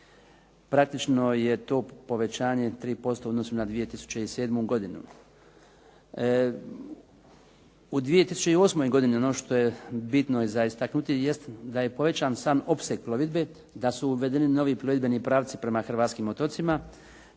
Praktično je to povećanja 3% u odnosu na 2007. godinu. U 2008. godini ono što je bitno za istaknuti jest da je povećan sam opseg plovidbe, da su uvedeni novi plovidbeni pravci prema hrvatskim otocima